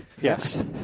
yes